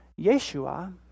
Yeshua